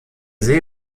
see